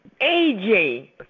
AJ